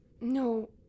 No